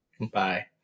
Bye